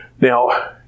Now